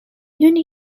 دونی